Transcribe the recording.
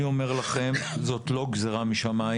ואני אומר לכם, זו לא גזירה משמים.